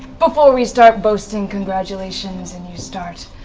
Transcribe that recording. before we start boasting congratulations and you start